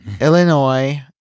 Illinois